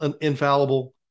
infallible